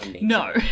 No